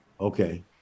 okay